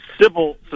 civil